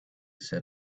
said